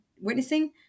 witnessing